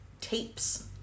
tapes